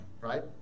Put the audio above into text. right